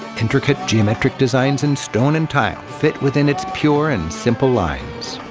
intricate geometric designs in stone and tile fit within its pure and simple lines.